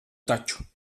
taču